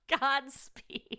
Godspeed